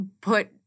put